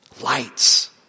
Lights